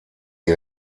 die